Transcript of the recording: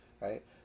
right